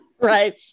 Right